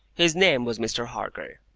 his name was mr. harker.